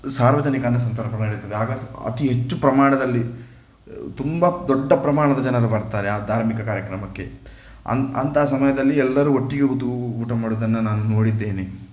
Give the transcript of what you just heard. ಸಾರ್ವಜನಿಕ ಅನ್ನಸಂತರ್ಪಣೆ ನಡೀತದೆ ಆಗ ಅತಿ ಹೆಚ್ಚು ಪ್ರಮಾಣದಲ್ಲಿ ತುಂಬ ದೊಡ್ಡ ಪ್ರಮಾಣದ ಜನರು ಬರ್ತಾರೆ ಆ ಧಾರ್ಮಿಕ ಕಾರ್ಯಕ್ರಮಕ್ಕೆ ಅಂಥ ಸಮಯದಲ್ಲಿ ಎಲ್ಲರೂ ಒಟ್ಟಿಗೆ ಕೂತು ಊಟ ಮಾಡುವುದನ್ನ ನಾನು ನೋಡಿದ್ದೇನೆ